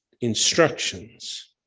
instructions